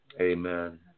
Amen